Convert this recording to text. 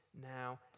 now